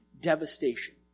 devastation